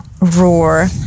Roar